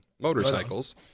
motorcycles